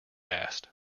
asked